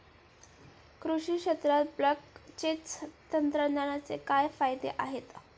कृषी क्षेत्रात ब्लॉकचेन तंत्रज्ञानाचे काय फायदे आहेत?